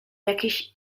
jakiś